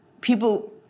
people